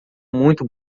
muito